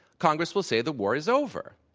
congress will say the war is over.